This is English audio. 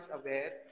aware